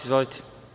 Izvolite.